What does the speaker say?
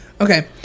Okay